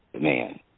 man